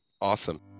awesome